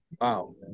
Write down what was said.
Wow